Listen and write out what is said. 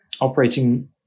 operating